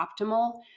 optimal